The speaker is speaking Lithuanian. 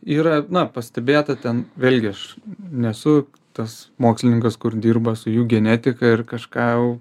yra na pastebėta ten vėlgi aš nesu tas mokslininkas kur dirba su jų genetika ir kažką jau